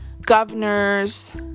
governors